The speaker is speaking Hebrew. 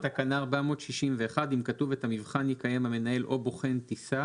בתקנה 461 אם כתוב "את המבחן יקיים מנהל או בוחן טיסה"